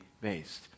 based